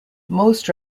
most